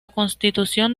constitución